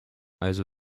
also